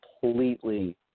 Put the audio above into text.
Completely